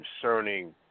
Concerning